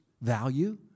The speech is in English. value